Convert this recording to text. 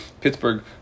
Pittsburgh